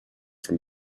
from